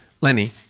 Lenny